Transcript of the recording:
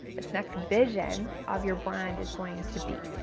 this next vision of your brand is going to be.